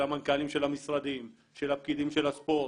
של המנכ"לים של המשרדים, של הפקידים של הספורט,